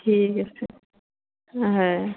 ঠিক আছে হয়